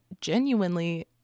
genuinely